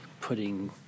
putting